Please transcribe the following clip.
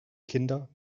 kinder